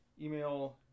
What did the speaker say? Email